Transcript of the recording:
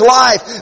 life